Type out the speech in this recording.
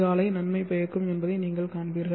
ஆலை நன்மை பயக்கும் என்பதை நீங்கள் காண்பீர்கள்